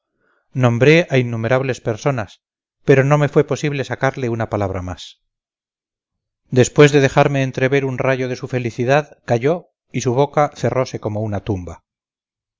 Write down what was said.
nombré a innumerables personas pero no me fue posible sacarle una palabra más después de dejarme entrever un rayo de su felicidad calló y su boca cerrose como una tumba